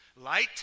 Light